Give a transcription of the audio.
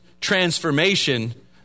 transformation